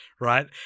right